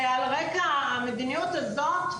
ועל הרקע המדיניות הזאת,